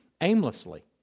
aimlessly